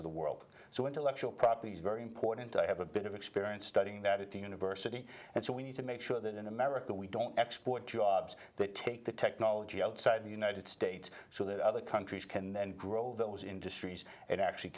of the world so intellectual property is very important i have a bit of experience studying that at the university and so we need to make sure that in america we don't export jobs that take the technology outside the united states so that other countries can then grow those industries and actually